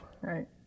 Right